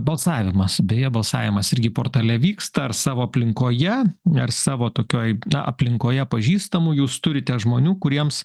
balsavimas beje balsavimas irgi portale vyksta ar savo aplinkoje ar savo tokioj aplinkoje pažįstamų jūs turite žmonių kuriems